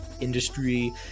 industry